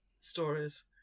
stories